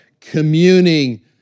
communing